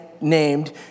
named